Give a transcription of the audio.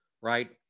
right